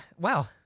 wow